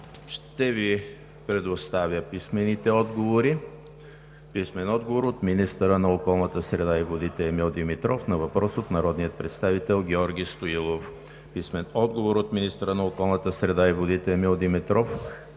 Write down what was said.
Ще Ви предоставя писмените отговори от: - министъра на околната среда и водите Емил Димитров на въпрос от народния представител Георги Стоилов; - министъра на околната среда и водите Емил Димитров на пет въпроса от народните представители Георги Стоилов